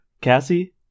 Cassie